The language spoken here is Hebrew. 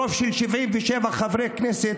ברוב של 77 חברי כנסת,